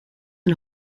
een